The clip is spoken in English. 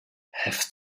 have